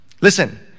Listen